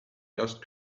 lost